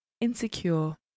insecure